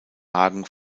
wagen